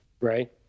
right